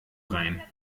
rein